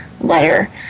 letter